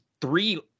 three